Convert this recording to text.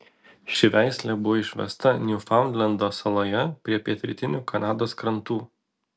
ši veislė buvo išvesta niufaundlendo saloje prie pietrytinių kanados krantų